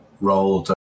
rolled